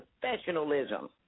professionalism